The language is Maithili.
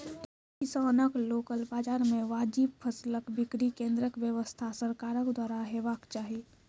किसानक लोकल बाजार मे वाजिब फसलक बिक्री केन्द्रक व्यवस्था सरकारक द्वारा हेवाक चाही?